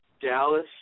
Dallas